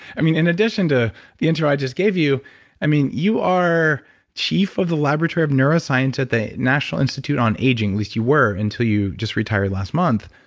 i mean, in addition to the intro i just gave you i mean, you are chief of the laboratory of neurosciences at the national institute on aging. at least, you were until you just retired last month.